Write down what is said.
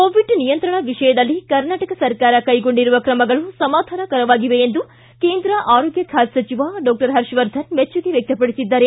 Covid ನಿಯಂತ್ರಣ ವಿಷಯದಲ್ಲಿ ಕರ್ನಾಟಕ ಸರ್ಕಾರ ಕ್ರೆಗೊಂಡಿರುವ ಕ್ರಮಗಳು ಸಮಾಧಾನಕರವಾಗಿವೆ ಎಂದು ಕೇಂದ್ರ ಆರೋಗ್ನ ಖಾತೆ ಸಚಿವ ಡಾಕ್ಟರ್ ಪರ್ಷವರ್ಧನ್ ಮೆಚ್ಚುಗೆ ವ್ಯಕ್ತಪಡಿಸಿದ್ದಾರೆ